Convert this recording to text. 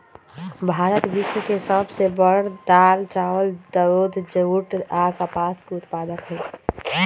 भारत विश्व के सब से बड़ दाल, चावल, दूध, जुट आ कपास के उत्पादक हई